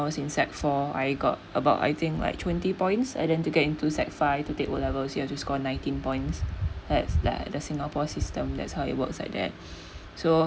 I was in sec four I got about I think like twenty points and then I get into sec five to take O levels you have to scored nineteen points that that the singapore system that's how it works like that so